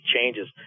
changes